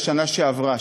בשנה שעברה,